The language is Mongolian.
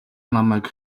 намайг